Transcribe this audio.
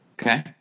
okay